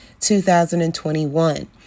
2021